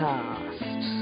Cast